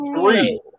three